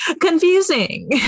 confusing